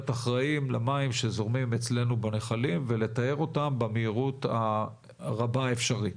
אחראיים למים שזורמים אצלנו ולטהר אותם במהירות הרבה האפשרית.